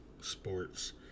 Sports